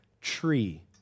tree